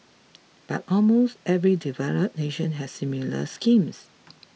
but almost every developed nation has similar schemes